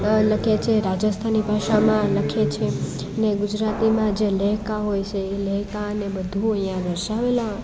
લખે છે રાજસ્થાની ભાષામાં લખે છે ને ગુજરાતીમાં જે લહેકા હોય છે એ લહેકાને બધું અહીંયા દર્શાવેલા